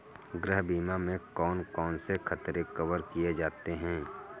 गृह बीमा में कौन कौन से खतरे कवर किए जाते हैं?